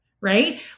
right